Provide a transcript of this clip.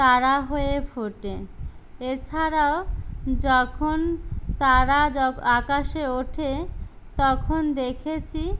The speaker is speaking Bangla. তারা হয়ে ফোটে এছাড়াও যখন তারা যক আকাশে ওঠে তখন দেখেছি